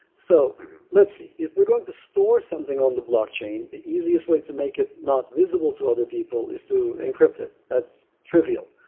so let's see. if we're going to store something on the blockchain, the easiest way to make it not visible to other people is to encrypt it that's trivial.